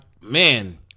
man